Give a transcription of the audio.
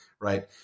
right